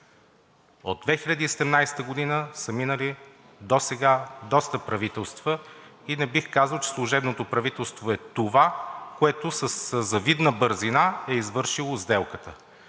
От 2017 г. досега са минали доста правителства и не бих казал, че служебното правителство е това, което със завидна бързина е извършило сделката